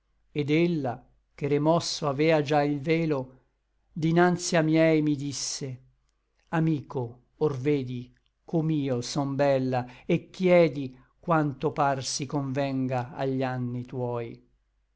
et ella che remosso avea già il velo dinanzi a miei mi disse amico or vedi com'io son bella et chiedi quanto par si convenga agli anni tuoi